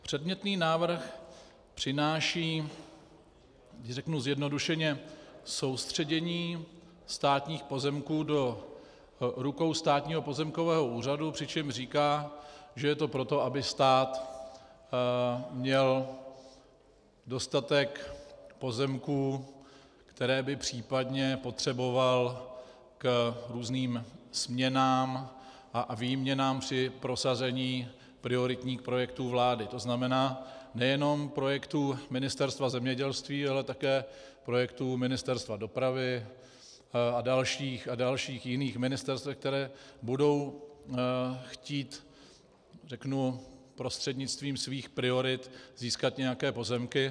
Předmětný návrh přináší, když řeknu zjednodušeně, soustředění státních pozemků do rukou Státního pozemkového úřadu, přičemž říká, že je to proto, aby stát měl dostatek pozemků, které by případně potřeboval k různým směnám a výměnám při prosazení prioritních projektů vlády, tzn. nejenom projektů Ministerstva zemědělství, ale také projektů Ministerstva dopravy a dalších a dalších, jiných ministerstev, která budou chtít prostřednictvím svých priorit získat nějaké pozemky.